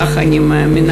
ככה אני מאמינה,